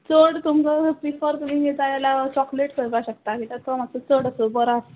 चड तुमकां प्रिफर करून घेता जाल्यार चॉकलेट करपाक शकता कित्याक तो मातसो चड असो बरो आसा